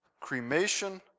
cremation